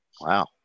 Wow